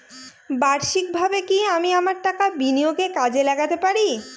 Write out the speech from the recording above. বার্ষিকভাবে কি আমি আমার টাকা বিনিয়োগে কাজে লাগাতে পারি?